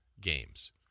games